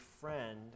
friend